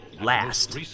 last